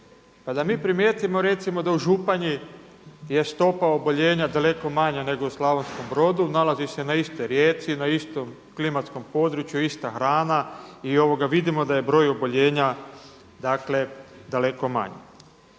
da mi primijetimo recimo da u Županji je stopa oboljenja daleko manja nego u Slavonskom Brodu, nalazi se na istoj rijeci, na istom klimatskom području, ista hrana i vidimo da je broj oboljenja, dakle daleko manji.